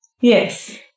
yes